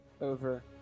Over